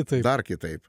tai dar kitaip